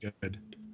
good